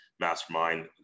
mastermind